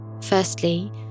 Firstly